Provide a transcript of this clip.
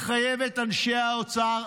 לחייב את אנשי האוצר,